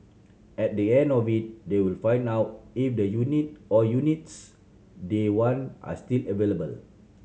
at the end of it they will find out if the unit or units they want are still available